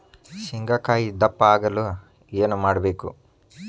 ಶೇಂಗಾಕಾಯಿ ದಪ್ಪ ಆಗಲು ಏನು ಮಾಡಬೇಕು?